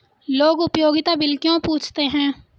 लोग उपयोगिता बिल क्यों पूछते हैं?